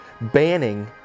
banning